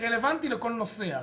שרלבנטי לכל נוסע.